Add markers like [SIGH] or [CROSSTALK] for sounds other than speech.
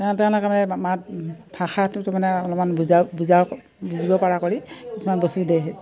তে তেওঁলোকে মানে মাত ভাষাটো তাৰমানে অলপমান বুজা বুজা বুজিব পৰা কৰি কিছুমান [UNINTELLIGIBLE]